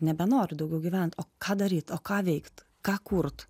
nebenoriu daugiau gyvent o ką daryt o ką veikt ką kurt